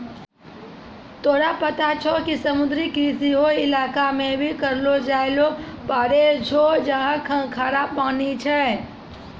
तोरा पता छौं कि समुद्री कृषि हौ इलाका मॅ भी करलो जाय ल पारै छौ जहाँ खारा पानी छै